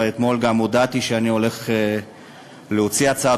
ואתמול גם הודעתי שאני הולך להגיש הצעת